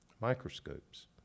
microscopes